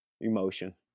emotion